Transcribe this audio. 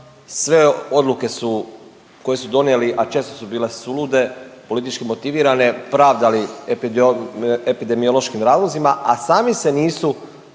sve odluke su koje su donijeli, a često su bile sulude politički motivirane, pravdali epidemiološkim razlozima, a sami se nisu